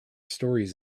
stories